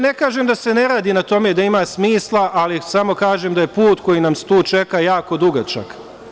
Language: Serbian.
Ne kažem da se ne radi na tome da ima smisla, ali samo kažem da je put koji nas tu čeka jako dugačak.